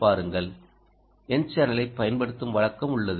பாருங்கள் n சேனல்ஐப் பயன்படுத்தும் வழக்கம் உள்ளது